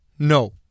No